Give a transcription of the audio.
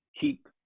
keep